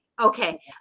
okay